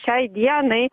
šiai dienai